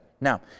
Now